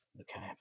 Okay